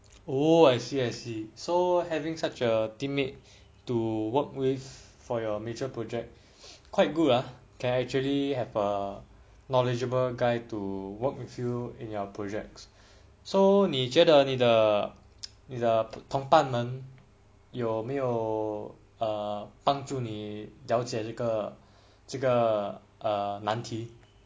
oh I see I see so having such a teammate to work with for your major project quite good ah can actually have a knowledgeable guy to work with you in your projects so 你觉得你的同伴们有没有呃帮助你了解这个这个呃难题:ni jue de ni de tong ban men you mei you eai bang zhu ni liao jie zhe ge zhe ge eai nan ti